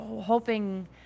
hoping